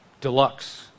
deluxe